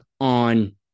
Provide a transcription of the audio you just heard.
on